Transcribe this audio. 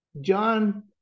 John